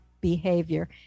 behavior